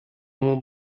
will